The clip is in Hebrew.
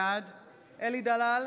בעד אלי דלל,